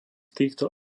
týchto